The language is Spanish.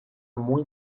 muy